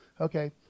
Okay